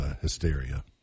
Hysteria